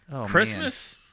Christmas